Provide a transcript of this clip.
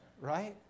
Right